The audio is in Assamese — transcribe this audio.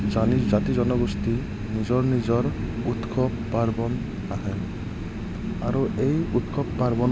জাতি জনগোষ্ঠী নিজৰ নিজৰ উৎসৱ পাৰ্বণ আছে আৰু এই উৎসৱ পাৰ্বণ সমূহ